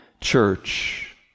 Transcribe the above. church